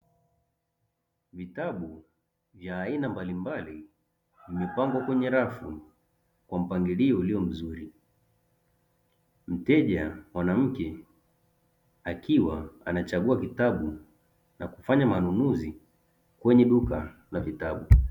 Vitabu vya aina mbalimbali vimepangwa kwenye rafu kwa mpangilio ulio mzuri, mteja mwanamke akiwa anachagua kitabu na kufanya manunuzi kwenye duka la vitabu.